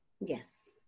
Yes